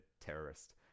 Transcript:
terrorist